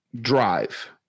drive